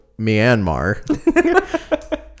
Myanmar